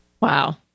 Wow